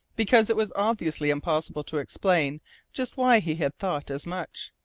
because it was obviously impossible to explain just why he had thought as much,